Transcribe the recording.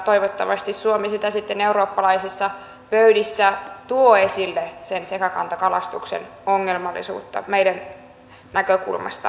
toivottavasti suomi sitten eurooppalaisissa pöydissä tuo esille sekakantakalastuksen ongelmallisuutta meidän näkökulmastamme